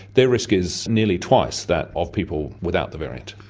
their risk is nearly twice that of people without the variant.